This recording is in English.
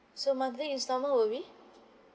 so monthly instalment would be